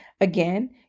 Again